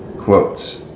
quotes.